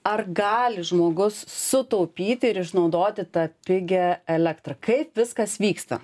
ar gali žmogus sutaupyti ir išnaudoti tą pigią elektrą kaip viskas vyksta